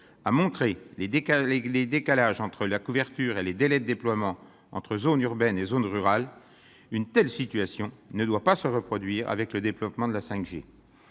a montré les décalages entre la couverture et les délais de déploiement entre zones urbaines et zones rurales, une telle situation ne doit pas se reproduire avec le déploiement de la 5G.